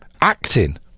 acting